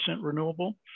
renewable